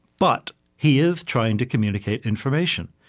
but he is trying to communicate information,